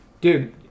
dude